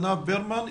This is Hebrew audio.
איתנה ברמן.